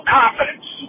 confidence